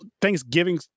Thanksgiving